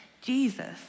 Jesus